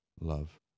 love